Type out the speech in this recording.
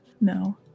No